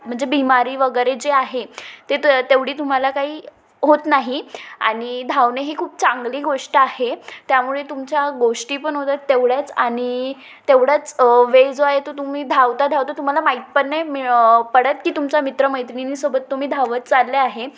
म्हणजे बिमारी वगैरे जे आहे ते तर तेवढी तुम्हाला काही होत नाही आणि धावणे ही खूप चांगली गोष्ट आहे त्यामुळे तुमच्या गोष्टी पण होतात तेवढ्याच आणि तेवढाच वेळ जो आहे तो तुम्ही धावता धावता तुम्हाला माहीत पण नाही मिळ पडत की तुमच्या मित्रमैत्रिणीसोबत तुम्ही धावत चालले आहे